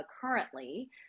currently